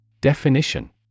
Definition